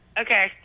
Okay